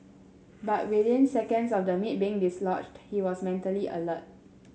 but within seconds of the meat being dislodged he was mentally alert